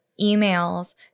emails